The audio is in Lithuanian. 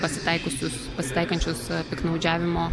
pasitaikiusius pasitaikančius piktnaudžiavimo